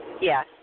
Yes